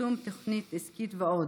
פרסום תוכנית עסקית ועוד.